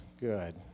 good